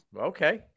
Okay